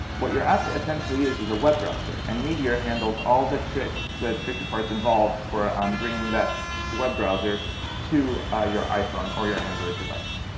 what your app essentially is is a web browser. and meteor handles all the tricky the tricky parts involved for ah um bringing that web browser to your iphone or your android device.